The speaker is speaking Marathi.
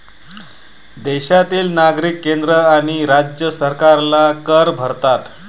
देशातील नागरिक केंद्र आणि राज्य सरकारला कर भरतात